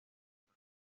otro